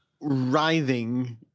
writhing